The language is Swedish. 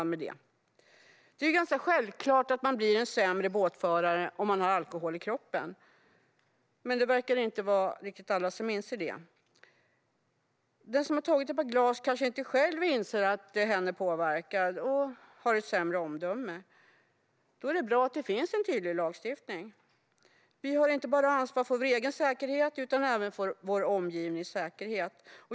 Det är ju ganska självklart att man blir en sämre båtförare om man har alkohol i kroppen, men det verkar inte vara riktigt alla som inser det. Den som har tagit ett par glas kanske inte själv inser att hen är påverkad och har ett sämre omdöme. Då är det bra att det finns en tydlig lagstiftning. Vi har ansvar inte bara för vår egen utan även för vår omgivnings säkerhet.